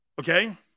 Okay